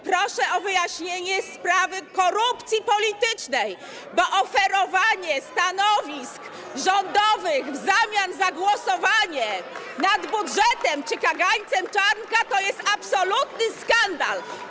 Proszę o wyjaśnienie sprawy korupcji politycznej, bo oferowanie stanowisk rządowych w zamian za głosowanie nad budżetem czy kagańcem Czarnka, to jest absolutny skandal.